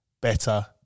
better